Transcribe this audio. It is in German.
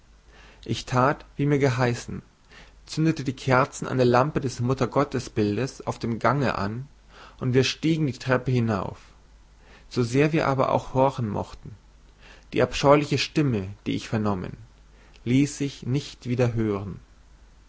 ich tat wie mir geheißen zündete die kerzen an der lampe des muttergottesbildes auf dem gange an und wir stiegen die treppe hinauf sosehr wir aber auch horchen mochten die abscheuliche stimme die ich vernommen ließ sich nicht wieder hören